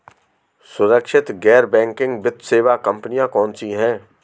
सुरक्षित गैर बैंकिंग वित्त सेवा कंपनियां कौनसी हैं?